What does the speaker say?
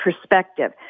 perspective